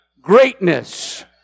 greatness